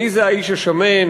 מי זה האיש השמן?